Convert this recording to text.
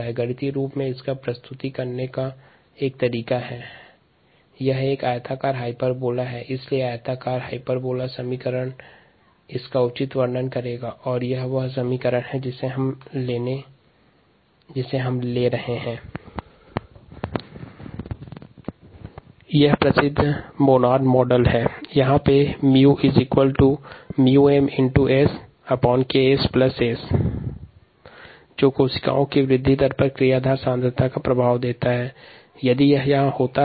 इसका गणितीय प्रस्तुतिकरण आयतीय अतिपरवलय के संदर्भ में निम्नानुसार है μmSKSS ये समीकरण मोनोड मॉडल का है जो कोशिका के वृद्धि दर पर क्रियाधार सांद्रता का प्रभाव प्रदर्शित करता है